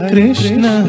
Krishna